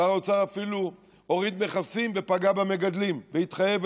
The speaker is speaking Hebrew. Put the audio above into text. שר האוצר אפילו הוריד מכסים ופגע במגדלים והתחייב,